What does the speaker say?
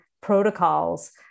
protocols